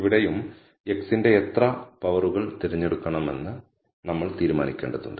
ഇവിടെയും x ന്റെ എത്ര പവറുകൾ തിരഞ്ഞെടുക്കണമെന്ന് നമ്മൾ തീരുമാനിക്കേണ്ടതുണ്ട്